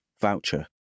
voucher